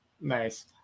Nice